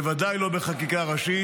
בוודאי לא בחקיקה ראשית.